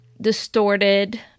distorted